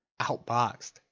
outboxed